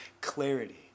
clarity